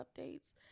updates